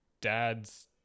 dad's